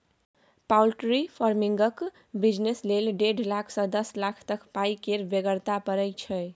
poultry फार्मिंगक business लेल डेढ़ लाख सँ दस लाख तक पाइ केर बेगरता परय छै